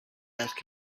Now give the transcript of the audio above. ask